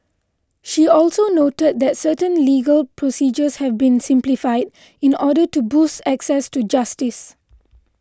she also noted that certain legal procedures have been simplified in order to boost access to justice